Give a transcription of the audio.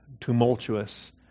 tumultuous